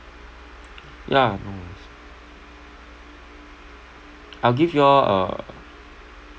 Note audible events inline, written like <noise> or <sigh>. <noise> ya no worries I'll give you all a